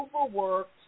overworked